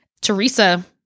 Teresa